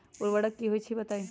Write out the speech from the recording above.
उर्वरक की होई छई बताई?